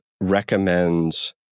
recommends